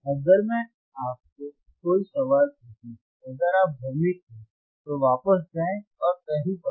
अगर मैं आपसे कोई सवाल पूछूं अगर आप भ्रमित थे तो वापस जाएं और कहीं पढ़ें